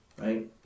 Right